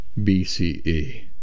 BCE